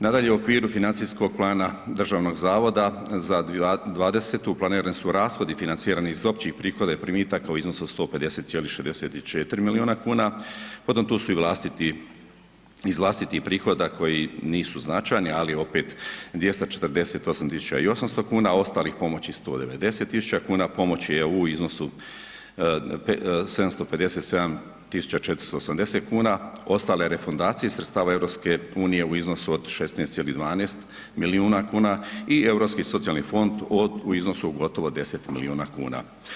Nadalje, u okviru financijskog plana Državnog zavoda za 2020. planirani su rashodi financirani iz općih prihoda i primitaka u iznosu od 150,64 milijuna kuna, potom tu su iz vlastitih prihoda koji nisu značajni, ali opet 248.800 kuna, a ostalih pomoći 190.000 kuna, pomoći EU u iznosu 757,480 kuna, ostale refundacije iz sredstva EU u iznosu od 16,12 milijuna kuna i Europski socijalni fond u iznosu od gotovo 10 milijuna kuna.